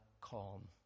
calm